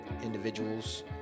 individuals